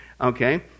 okay